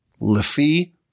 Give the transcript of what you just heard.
Lefi